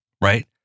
right